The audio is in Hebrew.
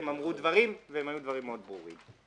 הם אמרו דברים מאוד ברורים.